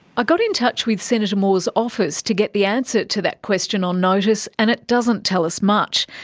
got in touch with senator moore's office to get the answer to that question on notice and it doesn't tell us much.